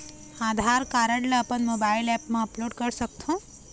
आधार card ला अपन mobile app मा अपलोड कर सकथों?